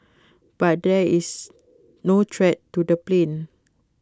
but there is no threat to the plane